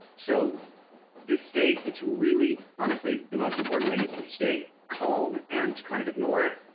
so this state it's really honestly the most important thing is to stay calm and kind of ignore it.